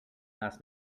last